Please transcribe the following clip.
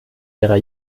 ihrer